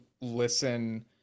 listen